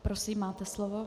Prosím, máte slovo.